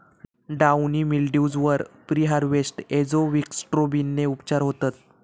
downy mildews वर preharvest एजोक्सिस्ट्रोबिनने उपचार होतत